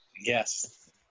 Yes